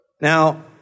Now